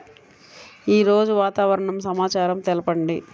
ఈరోజు వాతావరణ సమాచారం తెలుపండి